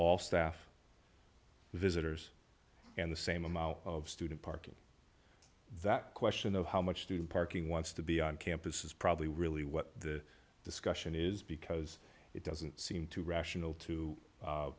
all staff visitors and the same amount of student parking that question of how much student parking wants to be on campus is probably really what the discussion is because it doesn't seem too rational to